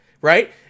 right